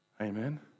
Amen